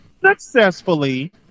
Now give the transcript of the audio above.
successfully